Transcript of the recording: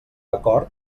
acord